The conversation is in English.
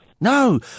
No